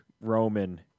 Roman